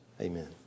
Amen